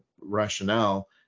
rationale